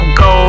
go